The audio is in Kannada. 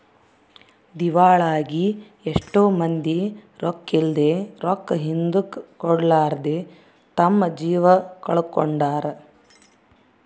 ದಿವಾಳಾಗಿ ಎಷ್ಟೊ ಮಂದಿ ರೊಕ್ಕಿದ್ಲೆ, ರೊಕ್ಕ ಹಿಂದುಕ ಕೊಡರ್ಲಾದೆ ತಮ್ಮ ಜೀವ ಕಳಕೊಂಡಾರ